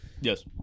Yes